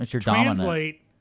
translate